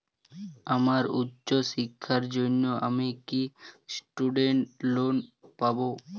আমার উচ্চ শিক্ষার জন্য আমি কি স্টুডেন্ট লোন পাবো